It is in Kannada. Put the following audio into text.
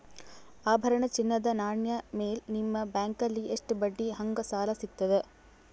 ಆಭರಣ, ಚಿನ್ನದ ನಾಣ್ಯ ಮೇಲ್ ನಿಮ್ಮ ಬ್ಯಾಂಕಲ್ಲಿ ಎಷ್ಟ ಬಡ್ಡಿ ಹಂಗ ಸಾಲ ಸಿಗತದ?